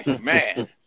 man